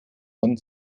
von